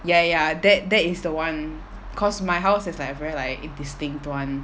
ya ya that that is the one cause my house is like very like distinct [one]